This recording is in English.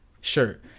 shirt